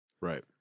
Right